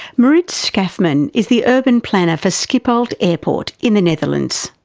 maurits schaafsma and is the urban planner for schiphol airport in the netherlands.